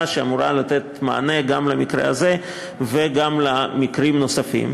שאמורה לתת מענה גם למקרה הזה וגם למקרים נוספים,